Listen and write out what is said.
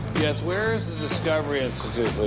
yes, where is the discovery institute,